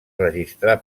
registrar